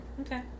Okay